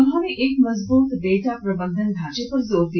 उन्होंने एक मजबूत डेटा प्रबंधन ढांचे पर जोर दिया